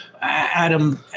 Adam